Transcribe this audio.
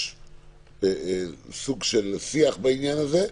יש סוג של שיח בעניין הזה,